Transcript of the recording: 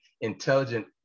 intelligent